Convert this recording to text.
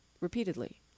repeatedly